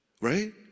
Right